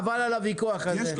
חבל על הוויכוח הזה.